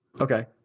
Okay